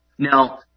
Now